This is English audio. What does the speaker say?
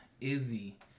Izzy